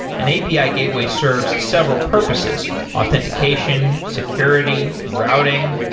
an api ah gateway serves several purposes authentication, security, routing,